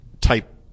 type